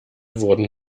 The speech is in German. wurden